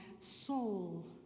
soul